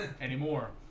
anymore